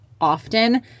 often